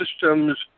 systems